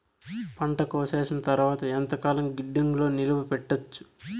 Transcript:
పంట కోసేసిన తర్వాత ఎంతకాలం గిడ్డంగులలో నిలువ పెట్టొచ్చు?